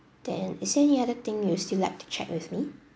then is there any other thing you still like to check with me